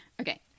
Okay